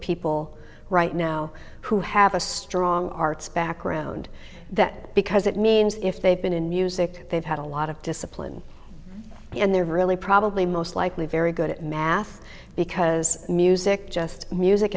people right now who have a strong arts background that because it means if they've been in music they've had a lot of discipline and they're really probably most likely very good at math because music just music